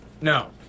No